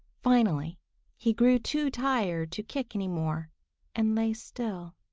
finally he grew too tired to kick any more and lay still.